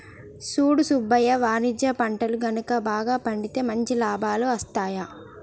సూడు సుబ్బయ్య వాణిజ్య పంటలు గనుక బాగా పండితే మంచి లాభాలు అస్తాయి